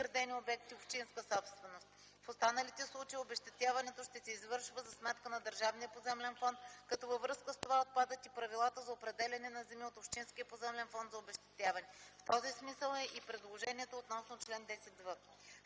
В този смисъл е и предложението относно чл. 10в.